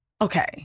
okay